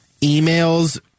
emails